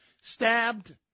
stabbed